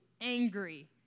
angry